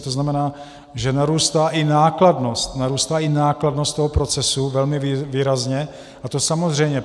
To znamená, že narůstá i nákladnost, narůstá i nákladnost toho procesu velmi výrazně, a to samozřejmě...